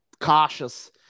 cautious